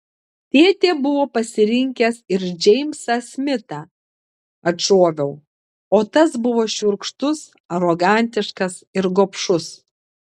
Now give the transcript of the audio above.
tėtė buvo pasirinkęs ir džeimsą smitą atšoviau o tas buvo šiurkštus arogantiškas ir gobšus